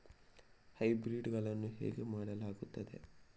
Hybrid ಗಳನ್ನು ಹೇಗೆ ಮಾಡಲಾಗುತ್ತದೆ?